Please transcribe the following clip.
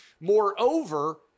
Moreover